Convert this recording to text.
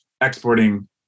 exporting